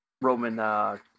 Roman